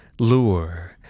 lure